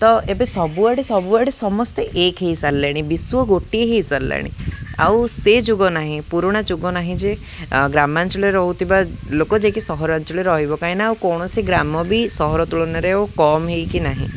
ତ ଏବେ ସବୁଆଡ଼େ ସବୁଆଡ଼େ ସମସ୍ତେ ଏକ ହେଇସାରିଲାଣି ବିଶ୍ଵ ଗୋଟିଏ ହେଇସାରିଲାଣି ଆଉ ସେ ଯୁଗ ନାହିଁ ପୁରୁଣା ଯୁଗ ନାହିଁ ଯେ ଗ୍ରାମାଞ୍ଚଳରେ ରହୁଥିବା ଲୋକ ଯିଏକି ସହରାଞ୍ଚଳରେ ରହିବ କାହିଁକି ନା ଆଉ କୌଣସି ଗ୍ରାମ ବି ସହର ତୁଳନାରେ ଓ କମ୍ ହେଇକି ନାହିଁ